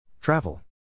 Travel